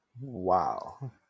Wow